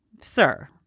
sir